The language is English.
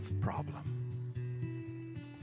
problem